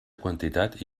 quantitat